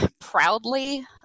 proudly –